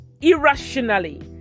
irrationally